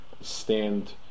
stand